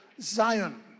Zion